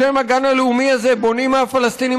בשם הגן הלאומי הזה מונעים מהפלסטינים